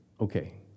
okay